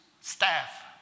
staff